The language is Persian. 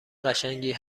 قشنگی